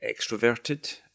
extroverted